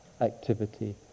activity